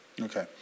Okay